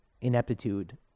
ineptitude